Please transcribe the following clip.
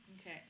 Okay